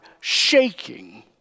shaking